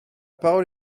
parole